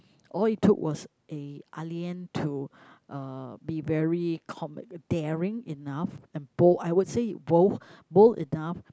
all it took was a Ah Lian to uh be very com~ daring enough and bold I would say bold bold enough